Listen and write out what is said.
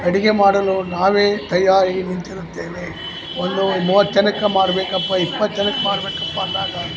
ಅಡುಗೆ ಮಾಡಲು ನಾವೇ ತಯಾರಿ ನಿಂತಿರುತ್ತೇವೆ ಒಂದು ಮೂವತ್ತು ಜನಕ್ಕೆ ಮಾಡಬೇಕಪ್ಪ ಇಪ್ಪತ್ತು ಜನಕ್ಕೆ ಮಾಡಬೇಕಪ್ಪ ಅಂದಾಗ